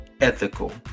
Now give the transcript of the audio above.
ethical